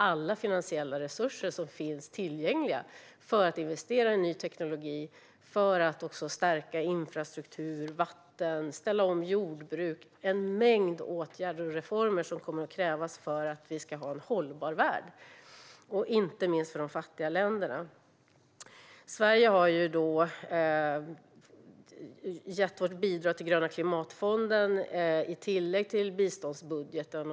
Alla finansiella resurser som finns tillgängliga kommer att krävas för att kunna investera i ny teknik och för att stärka infrastruktur och vattentillgång och ställa om jordbruket. Det kommer att krävas en mängd åtgärder och reformer för att vi ska ha en hållbar värld. Det gäller inte minst för de fattiga länderna. Sverige har gett bidrag till Gröna klimatfonden i tillägg till biståndsbudgeten.